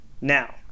Now